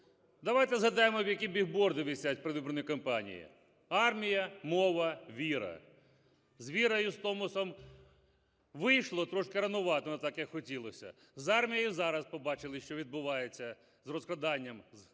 Давайте згадаємо, які білборди висять передвиборної кампанії: "Армія. Мова. Віра". З вірою, з Томосом вийшло трошки ранувато, не так, як хотілося. З армією зараз побачили, що відбувається, з розкраданням,